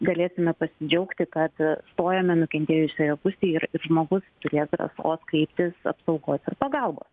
galėsime pasidžiaugti kad stojame nukentėjusiojo pusėj ir ir žmogus turės drąsos kreiptis apsaugos ir pagalbos